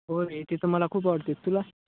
हो रे ते तर मला खूप आवडते तुला